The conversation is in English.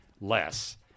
less